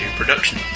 production